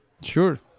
Sure